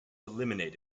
eliminate